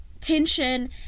tension